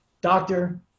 doctor